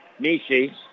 Nishi